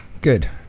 Good